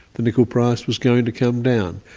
the nickel price was going to come down.